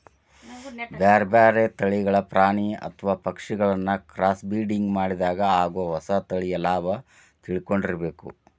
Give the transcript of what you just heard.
ಬ್ಯಾರ್ಬ್ಯಾರೇ ತಳಿಗಳ ಪ್ರಾಣಿ ಅತ್ವ ಪಕ್ಷಿಗಳಿನ್ನ ಕ್ರಾಸ್ಬ್ರಿಡಿಂಗ್ ಮಾಡಿದಾಗ ಆಗೋ ಹೊಸ ತಳಿಯ ಲಾಭ ತಿಳ್ಕೊಂಡಿರಬೇಕು